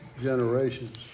generations